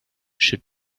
should